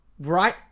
right